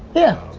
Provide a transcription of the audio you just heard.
yeah,